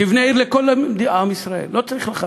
תבנה עיר לכל עם ישראל, לא צריך לחרדים.